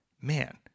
man